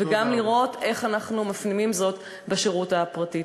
וגם לראות איך אנחנו מפנימים את זה בשירות הפרטי.